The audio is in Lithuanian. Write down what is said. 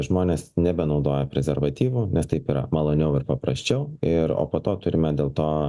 žmonės nebenaudoja prezervatyvų nes taip yra maloniau ir paprasčiau ir o po to turime dėl to